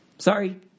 Sorry